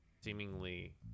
seemingly